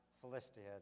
Philistia